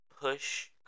push